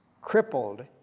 crippled